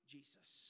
Jesus